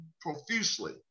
profusely